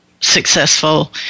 successful